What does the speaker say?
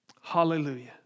Hallelujah